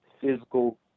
physical